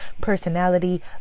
personality